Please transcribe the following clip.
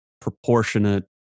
proportionate